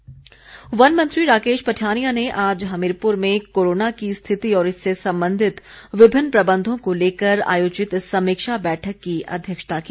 पठानिया वनमंत्री राकेश पठानिया ने आज हमीरपुर में कोरोना की स्थिति और इससे संबंधित विभिन्न प्रबंधों को लेकर आयोजित समीक्षा बैठक की अध्यक्षता की